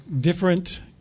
different